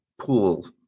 pool